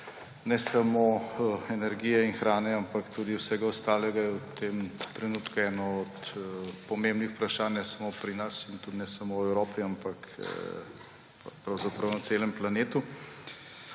cen energije in hrane, ampak tudi vsega ostalega je v tem trenutku eno od pomembnih vprašanj ne samo pri nas in tudi ne samo v Evropi, ampak pravzaprav na celem planetu.